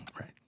Right